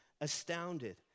astounded